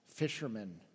fishermen